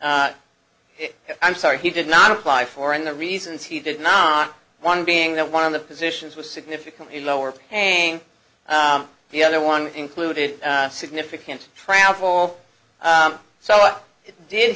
i'm sorry he did not apply for and the reasons he did not one being that one of the positions was significantly lower paying the other one included significant travel for so did